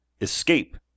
Escape